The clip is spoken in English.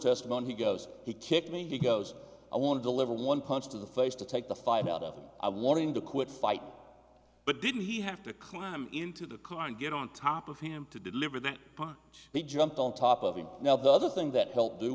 testimony he goes he kicked me he goes i want to deliver one punch to the face to take the fight out of him i wanted him to quit fighting but didn't he have to climb into the car and get on top of him to deliver that he jumped on top of him now the other thing that helped do